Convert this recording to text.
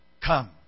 come